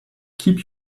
keep